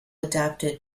adapted